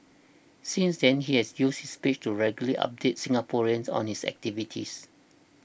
since then he has used his page to regularly update Singaporeans on his activities